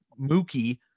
Mookie